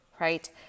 right